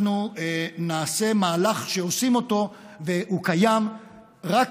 אנחנו נעשה מהלך שעושים אותו והוא קיים רק